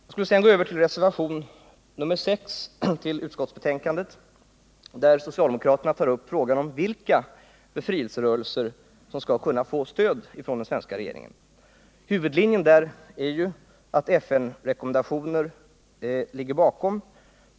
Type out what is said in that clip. Jag skall sedan gå över till reservationen 6 till utskottets betänkande, i vilken socialdemokraterna tar upp frågan om vilka befrielserörelser som skall kunna få stöd från den svenska regeringen. Huvudlinjen är ju att FN rekommendationer skall ligga bakom.